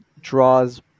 draws